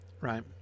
right